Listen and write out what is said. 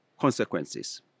consequences